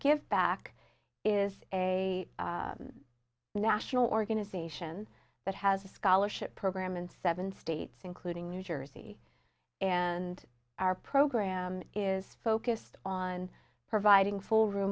give back is a national organization that has a scholarship program in seven states including new jersey and our program is focused on providing full